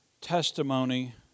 testimony